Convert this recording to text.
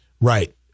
right